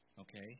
okay